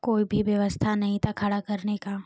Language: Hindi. कोई भी व्यवस्था नहीं था खड़ा करने का